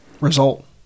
result